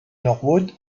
norwood